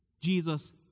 Jesus